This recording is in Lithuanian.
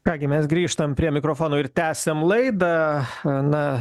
ką gi mes grįžtam prie mikrofono ir tęsiam laidą na